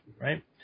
right